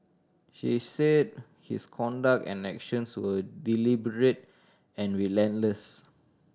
she said his conduct and actions were deliberate and relentless